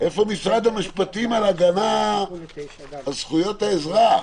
איפה משרד המשפטים בהגנה על זכויות האזרח?